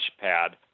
pad